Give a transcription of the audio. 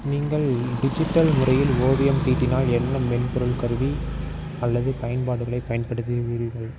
நீங்கள் டிஜிட்டல் முறையில் ஓவியம் தீட்டினால் என்ன மென்பொருள் கருவி அல்லது பயன்பாடுகளை பயன்படுத்துவீர்கள்